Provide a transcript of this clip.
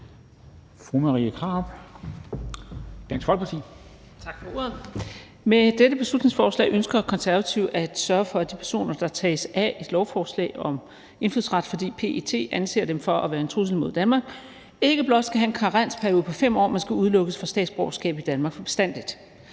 Med dette beslutningsforslag ønsker De Konservative at sørge for, at de personer, der tages af et lovforslag om indfødsret, fordi PET anser dem for at være en trussel mod Danmark, ikke blot skal have en karensperiode på 5 år, men skal udelukkes fra statsborgerskab i Danmark for bestandig.